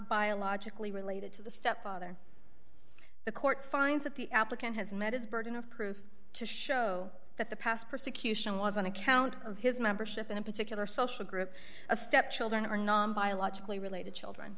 biologically related to the stepfather the court finds that the applicant has met its burden of proof to show that the past persecution was on account of his membership in a particular social group of step children or non biologically related children